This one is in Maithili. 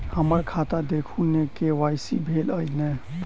हम्मर खाता देखू नै के.वाई.सी भेल अई नै?